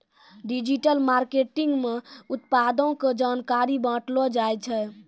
digital marketing मे उत्पादो के जानकारी बांटलो जाय छै